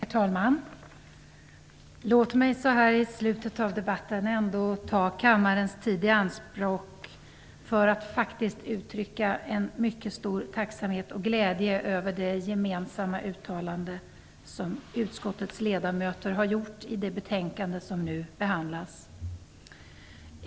Herr talman! Låt mig så här i slutet av debatten få ta kammarens tid i anspråk för att faktiskt uttrycka en mycket stor tacksamhet och glädje över det gemensamma uttalande som utskottets ledamöter har gjort i det betänkande som nu behandlas.